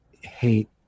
hate